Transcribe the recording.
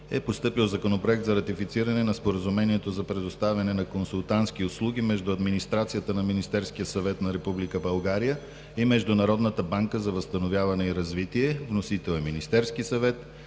е постъпил Законопроект за ратифициране на Споразумението за предоставяне на консултантски услуги между администрацията на Министерския съвет на Република България и Международната банка за възстановяване и развитие. Вносител е Министерският съвет.